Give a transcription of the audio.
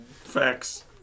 Facts